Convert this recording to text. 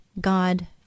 God